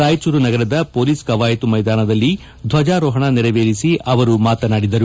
ರಾಯಚೂರು ನಗರದ ಪೊಲೀಸ್ ಕವಾಯಿತು ಮೈದಾನದಲ್ಲಿ ಧ್ವಜಾರೋಹಣ ನೆರವೇರಿಸಿ ಅವರು ಮಾತನಾಡಿದರು